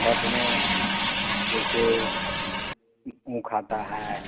छठ में जैसे ऊख आता है